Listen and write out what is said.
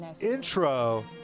intro